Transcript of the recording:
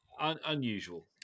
unusual